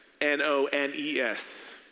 N-O-N-E-S